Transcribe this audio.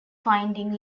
finding